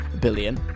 billion